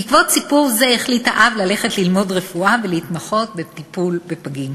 בעקבות סיפור זה החליט האב ללכת ללמוד רפואה ולהתמחות בטיפול בפגים.